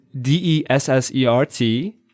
D-E-S-S-E-R-T